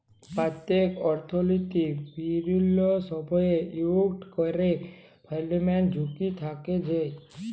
প্যত্তেক অর্থলৈতিক বিলিয়গের সময়ই ইকট ক্যরে ফিলান্সিয়াল ঝুঁকি থ্যাকে যায়